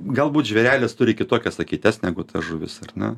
galbūt žvėrelis turi kitokias akytes negu ta žuvis ar ne